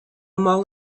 mall